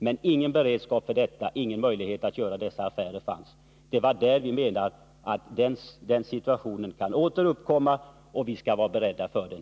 Men ingen beredskap för detta, ingen möjlighet att göra dessa affärer fanns. Den situationen kan åter uppkomma, och vi menar att vi skall vara beredda att möta den.